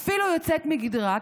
ואפילו יוצאת מגדרה,